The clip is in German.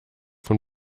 für